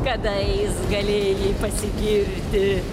kadais galėjai pasigirti